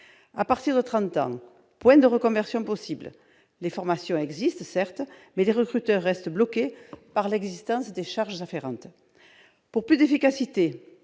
À partir de trente ans, point de reconversion possible ; certes, les formations existent, mais les recruteurs restent bloqués par l'existence des charges afférentes. Pour plus d'efficacité,